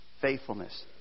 faithfulness